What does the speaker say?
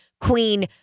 Queen